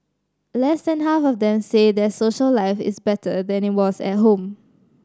less than half of them say their social life is better than it was at home